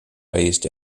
raised